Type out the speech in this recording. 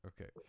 Okay